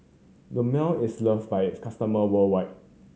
Dermale is loved by its customer worldwide